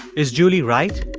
is julie right?